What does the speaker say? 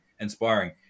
Inspiring